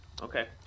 Okay